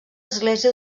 església